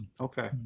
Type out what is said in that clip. Okay